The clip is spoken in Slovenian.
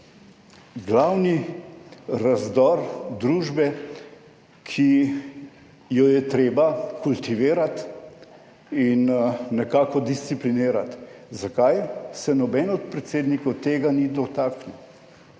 glavni razdor družbe, ki jo je treba kultivirati in nekako disciplinirati. Zakaj se noben od predsednikov tega ni dotaknil,